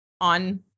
on